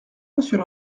monsieur